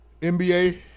NBA